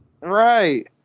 Right